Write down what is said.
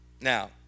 Now